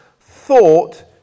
thought